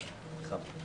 משהו?